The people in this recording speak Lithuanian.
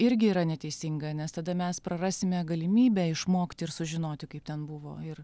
irgi yra neteisinga nes tada mes prarasime galimybę išmokti ir sužinoti kaip ten buvo ir